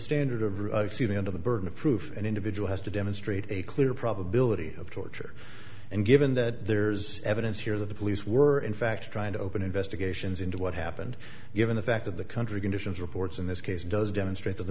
standard of living under the burden of proof an individual has to demonstrate a clear probability of torture and given that there's evidence here that the police were in fact trying to open investigations into what happened given the fact that the country conditions reports in this case does demonstrate that the